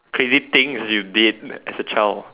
crazy things you did as a child